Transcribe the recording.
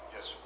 Yes